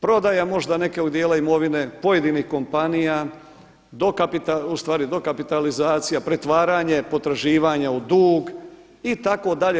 Prodaja možda neke od dijela imovine, pojedinih kompanija u stvari dokapitalizacija, pretvaranje, potraživanje u dug itd.